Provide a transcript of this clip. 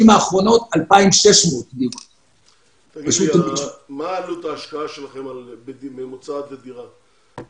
האחרונות 2,600. מה עלות ההשקעה שלכם הממוצעת בדירה?